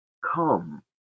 come